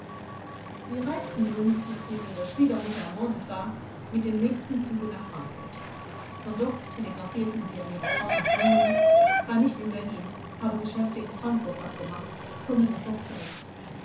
sie reisten nun nachdem ihre schwiegermutter ermordet war mit dem nächsten zuge nach frankfurt von dort telegraphierten sie an ihre frau nach london war nicht in berlin habe geschäfte in frankfurt abgemacht komme sofort zurück